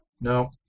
No